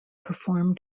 perform